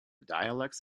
dialects